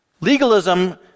Legalism